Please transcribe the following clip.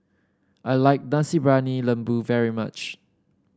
I like Nasi Briyani Lembu very much